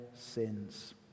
sins